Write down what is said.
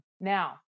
now